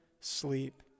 sleep